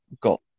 got